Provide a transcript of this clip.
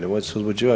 Nemojte se uzbuđivati.